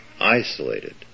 isolated